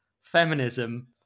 feminism